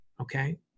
Okay